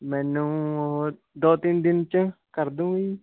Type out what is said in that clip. ਮੈਨੂੰ ਉਹ ਦੋ ਤਿੰਨ ਦਿਨ 'ਚ ਕਰਦੂੰਗੇ ਜੀ